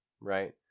right